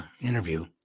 interview